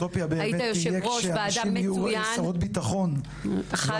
היית יושב-ראש ועדה מצוין -- האוטופיה באמת תהיה כשהנשים